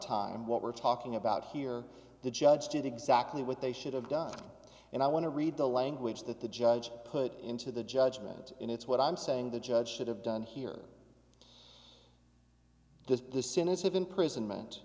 time what we're talking about here the judge did exactly what they should have done and i want to read the language that the judge put into the judgment and it's what i'm saying the judge should have done here this the senate of imprisonment